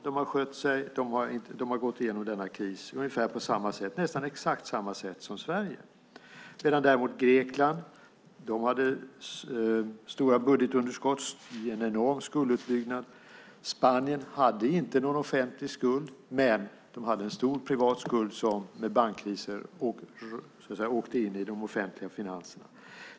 Man har skött sig och gått igenom krisen på nästan exakt samma sätt som Sverige. Grekland hade däremot stora budgetunderskott och en enorm skulduppbyggnad. Spanien hade inte någon offentlig skuld, men de hade en stor privat skuld som i och med bankkrisen åkte in i de offentliga finanserna.